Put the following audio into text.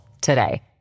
today